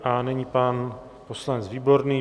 A nyní pan poslanec Výborný.